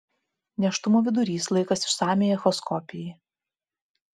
nėštumo vidurys laikas išsamiai echoskopijai